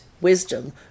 wisdom